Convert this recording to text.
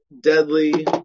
deadly